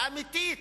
האמיתית,